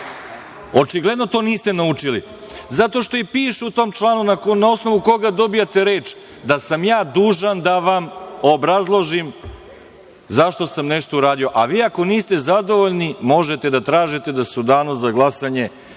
odgovorim. Očigledno to niste naučili. Zato što piše u tom članu na osnovu koga dobijate reč, da sam dužan da vam obrazložim zašto sam nešto uradio. Vi ako niste zadovoljni, možete da tražite da se u Danu za glasanje